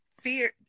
Fear